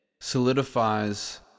solidifies